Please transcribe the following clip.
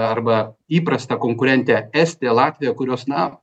arba įprastą konkurentę estiją latviją kurios na